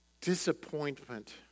disappointment